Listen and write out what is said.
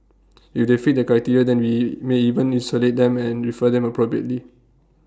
if they fit that criteria then we may even isolate them and refer them appropriately